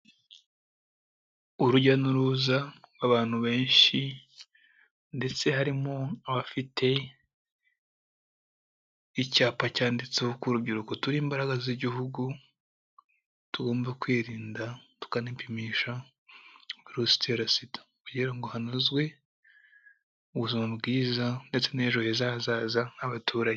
Urujya n'uruza rw'abantu benshi ndetse harimo abafite icyapa cyanditseho ko urubyiruko turi imbaraga z'igihugu tugomba kwirinda tukanapimisha virusi itera SIDA, kugira ngo hanozwe ubuzima bwiza ndetse n'ejo heza hazaza h'abaturage.